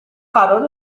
قراره